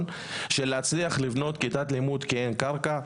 של להצליח לבנות כיתת לימוד כי אין קרקע,